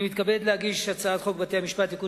אני מתכבד להגיש את הצעת חוק בתי-המשפט (תיקון